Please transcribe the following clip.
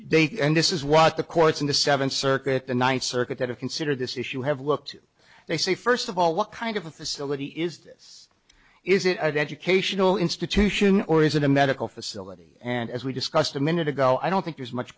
date and this is what the courts in the seventh circuit the ninth circuit that have considered this issue have looked they say first of all what kind of a facility is this is it an educational institution or is it a medical facility and as we discussed a minute ago i don't think there's much